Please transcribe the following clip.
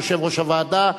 יושב-ראש הוועדה.